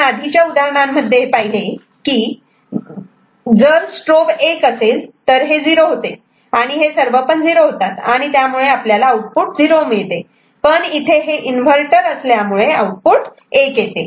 आपण आधीच्या उदाहरणांमध्ये हे पाहिले की जर स्ट्रोब 1 असेल तर हे 0 होते आणि हे सर्व पण 0 होतात आणि त्यामुळे आपल्याला आउटपुट 0 मिळते पण इथे हे इन्व्हर्टर इथे असल्यामुळे आउटपुट 1 येते